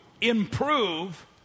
improve